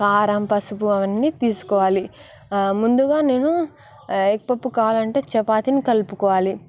కారం పసుపు అవన్నీ తీసుకోవాలి ముందుగా నేను ఎగ్ పపు కావాలంటే చపాతిని కలుపుకోవాలి